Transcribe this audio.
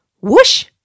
Whoosh